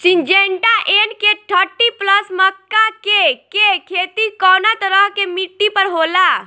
Syngenta NK thirty plus मक्का के के खेती कवना तरह के मिट्टी पर होला?